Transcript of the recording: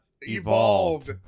evolved